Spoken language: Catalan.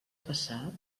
passat